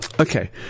Okay